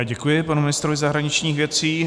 Děkuji panu ministrovi zahraničních věcí.